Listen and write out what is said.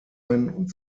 und